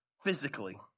physically